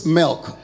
milk